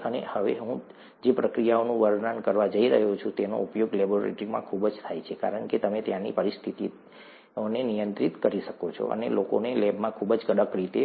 અને હવે હું જે પ્રક્રિયાનું વર્ણન કરવા જઈ રહ્યો છું તેનો ઉપયોગ લેબોરેટરીમાં ખૂબ જ થાય છે કારણ કે તમે ત્યાંની પરિસ્થિતિઓને નિયંત્રિત કરી શકો છો અને લોકોને લેબમાં ખૂબ જ કડક રીતે